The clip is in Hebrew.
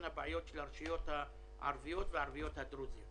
הבעיות של הרשויות הערביות והערביות-הדרוזיות.